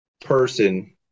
person